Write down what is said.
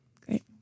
Great